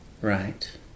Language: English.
right